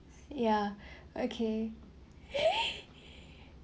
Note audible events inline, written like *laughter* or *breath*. ya okay *breath*